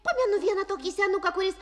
pamenu vieną tokį senuką kuris